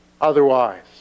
otherwise